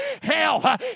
Hell